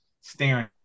staring